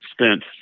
spent